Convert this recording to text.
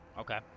Okay